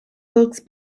wilkes